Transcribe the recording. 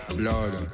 blood